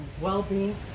well-being